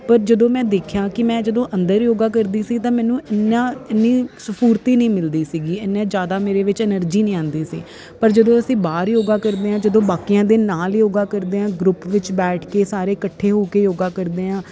ਪਰ ਜਦੋਂ ਮੈਂ ਦੇਖਿਆ ਕਿ ਮੈਂ ਜਦੋਂ ਅੰਦਰ ਯੋਗਾ ਕਰਦੀ ਸੀ ਤਾਂ ਮੈਨੂੰ ਇੰਨਾ ਇੰਨੀ ਸਫੂਰਤੀ ਨਹੀਂ ਮਿਲਦੀ ਸੀਗੀ ਇੰਨੇ ਜ਼ਿਆਦਾ ਮੇਰੇ ਵਿੱਚ ਐਨਰਜੀ ਨਹੀਂ ਆਉਂਦੀ ਸੀ ਪਰ ਜਦੋਂ ਅਸੀਂ ਬਾਹਰ ਯੋਗਾ ਕਰਦੇ ਹਾਂ ਜਦੋਂ ਬਾਕੀਆਂ ਦੇ ਨਾਲ ਹੀ ਯੋਗਾ ਕਰਦੇ ਹਾਂ ਗਰੁੱਪ ਵਿੱਚ ਬੈਠ ਕੇ ਸਾਰੇ ਇਕੱਠੇ ਹੋ ਕੇ ਯੋਗਾ ਕਰਦੇ ਹਾਂ